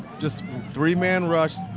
just three-man rush,